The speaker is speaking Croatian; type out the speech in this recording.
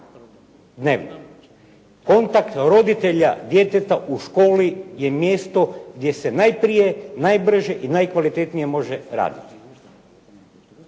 dnevno. Kontakt roditelja djeteta u školi je mjesto gdje se najprije, najbrže i najkvalitetnije može raditi.